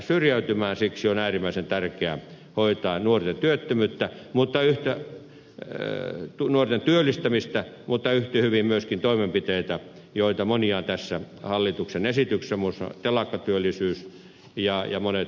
siksi on äärimmäisen tärkeää hoitaa nuorten työllistämistä mutta yhtä hyvin myöskin toimenpiteitä joita on monia tässä hallituksen esityksessä muun muassa telakkatyöllisyys ja monet muut toimenpiteet